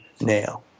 now